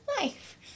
life